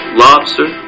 lobster